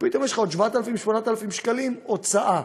פתאום יש לו עוד 8,000-7,000 שקלים הוצאה.